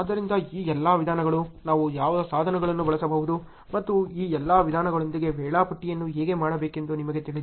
ಆದ್ದರಿಂದ ಈ ಎಲ್ಲಾ ವಿಧಾನಗಳು ನಾವು ಯಾವ ಸಾಧನಗಳನ್ನು ಬಳಸಬಹುದು ಮತ್ತು ಈ ಎಲ್ಲಾ ವಿಧಾನಗಳೊಂದಿಗೆ ವೇಳಾಪಟ್ಟಿಯನ್ನು ಹೇಗೆ ಮಾಡಬೇಕೆಂದು ನಿಮಗೆ ತಿಳಿದಿದೆ